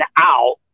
out